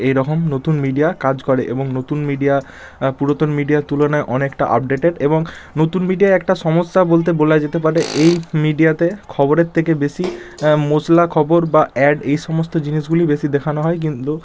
এই রকম নতুন মিডিয়া কাজ করে এবং নতুন মিডিয়া পুরাতন মিডিয়ার তুলনায় অনেকটা আপডেটেড এবং নতুন মিডিয়ায় একটা সমস্যা বলতে বলা যেতে পারে এই মিডিয়াতে খবরের থেকে বেশি মশলা খবর বা অ্যাড এই সমস্ত জিনিসগুলিই বেশি দেখানো হয় কিন্তু